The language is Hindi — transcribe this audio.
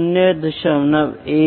मूल्य क्या है